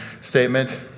statement